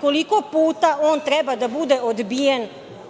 Koliko puta on treba da bude odbijen